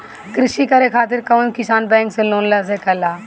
कृषी करे खातिर कउन किसान बैंक से लोन ले सकेला?